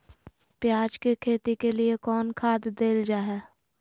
प्याज के खेती के लिए कौन खाद देल जा हाय?